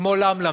כמו "למלמים"